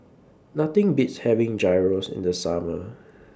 Nothing Beats having Gyros in The Summer